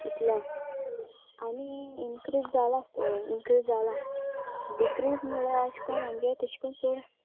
इतलें आनी इनक्रीज जाला इनक्रीज जाला डिक्रीज म्हळ्या अशें करून आमगे तेश करून चड